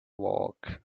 work